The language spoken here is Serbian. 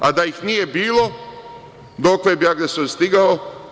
A da ih nije bilo, dokle bi agresor stigao?